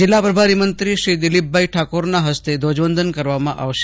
જિલ્લા પ્રભારી મંત્રી દિલીપભાઈ ઠાકોરના હસ્તે ધ્વજવંદન કરવામાં આવશે